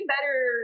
better